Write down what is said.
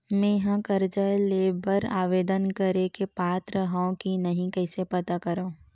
मेंहा कर्जा ले बर आवेदन करे के पात्र हव की नहीं कइसे पता करव?